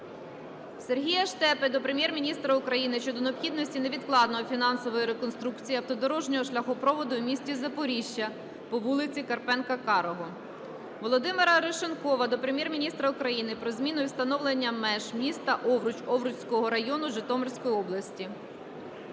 Сергія Штепи до Прем'єр-міністра України щодо необхідності невідкладного фінансування реконструкції автодорожнього шляхопроводу в місті Запоріжжя по вулиці Карпенка-Карого. Володимира Арешонкова до Прем'єр-міністра України про зміну і встановлення меж міста Овруч Овруцького району Житомирської області.